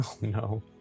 no